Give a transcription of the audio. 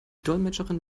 dolmetscherin